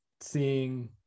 seeing